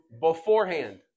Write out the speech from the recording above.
beforehand